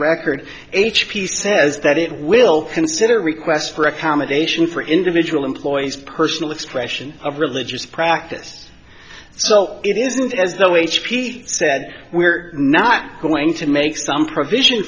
record h p says that it will consider requests for accommodation for individual employees personal expression of religious practice so it isn't as though h p said we're not going to make some provision